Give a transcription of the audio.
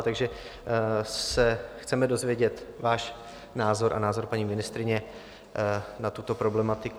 Takže se chceme dozvědět váš názor a názor paní ministryně na tuto problematiku.